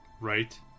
right